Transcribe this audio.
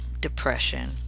Depression